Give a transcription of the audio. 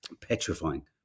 petrifying